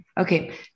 Okay